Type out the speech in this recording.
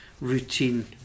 routine